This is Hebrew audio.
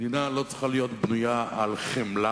מדינה לא צריכה להיות בנויה על חמלה,